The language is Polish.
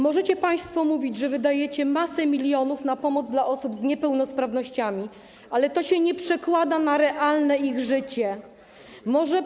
Możecie państwo mówić, że wydajecie masę milionów na pomoc dla osób z niepełnosprawnościami, ale to nie przekłada się na realne życie tych osób.